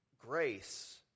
Grace